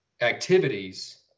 activities